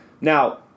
Now